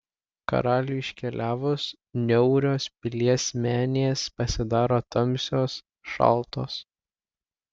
karaliui iškeliavus niaurios pilies menės pasidaro tamsios šaltos